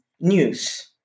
news